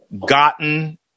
gotten